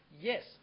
yes